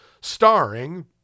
starring